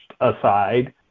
aside